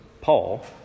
Paul